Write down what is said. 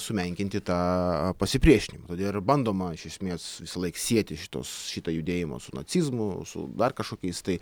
sumenkinti tą pasipriešinimą todėl ir bandoma iš esmės visąlaik sieti šitos šitą judėjimą su nacizmu su dar kažkokiais tai